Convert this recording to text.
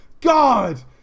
God